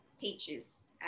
teachers